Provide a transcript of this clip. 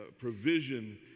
provision